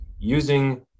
using